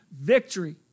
victory